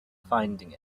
finding